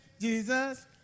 Jesus